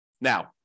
Now